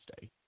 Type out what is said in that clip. Day